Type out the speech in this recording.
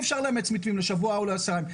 אי אפשר לאמץ מתווים לשבוע או לעשרה ימים,